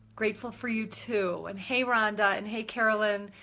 grateful for you too. and hey rhonda and hey carolyn.